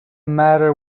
matter